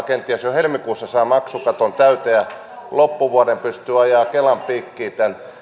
kenties jo helmikuussa saa maksukaton täyteen ja loppuvuoden pystyy ajamaan kelan piikkiin tämän